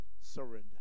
surrender